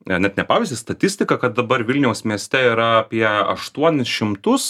ne net ne pavyzdį statistiką kad dabar vilniaus mieste yra apie aštuonis šimtus